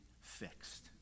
fixed